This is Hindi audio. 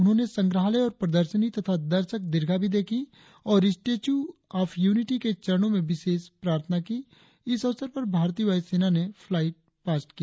उन्होंने संग्रहालय और प्रदर्शनी तथा दर्शक दीर्घा भी देखी और स्टेच्यू ऑफ यूनिटी के चरणों में विशेष प्रार्थना की इस अवसर पर भारतीय वायु सेना ने फ्लाई पास्ट किया